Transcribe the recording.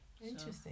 Interesting